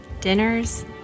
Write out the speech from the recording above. dinners